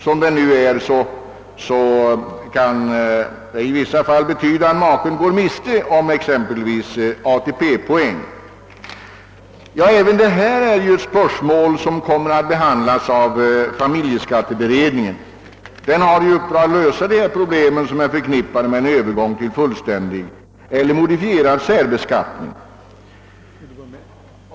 Såsom förhållandena nu är kan maken i vissa fall gå miste om exempelvis ATP-poäng. Ja, även detta är ett spörsmål som kommer att behandlas av familjeskatteberedningen. Denna har i uppdrag att lösa de problem som är förknippade med en övergång till fullständig eller modifierad särbeskattning.